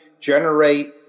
generate